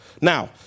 Now